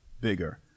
bigger